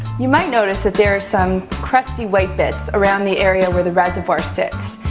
you might notice that there are some crusty, white bits around the area where the reservoir sits.